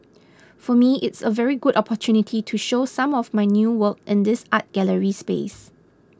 for me it's a very good opportunity to show some of my new work in this art gallery space